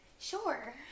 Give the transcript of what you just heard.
Sure